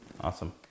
Awesome